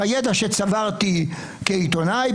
בידע שצברתי כעיתונאי,